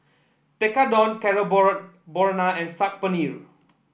Tekkadon and Saag Paneer